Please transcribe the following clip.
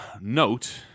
note